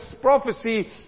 prophecy